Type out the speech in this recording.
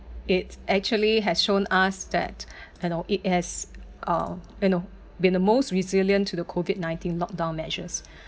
it's actually has shown us that you know it as uh you know been the most resilient to the COVID nineteen lock down measures